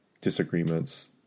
disagreements